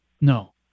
no